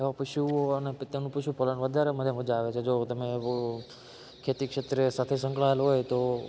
આવા પશુઓ અને પોતાનું પશુપાલન વધારે મને મજા આવે છે અને જો તમે જો ખેતી ક્ષેત્રે સાથે સંકળાયેલા હોય તો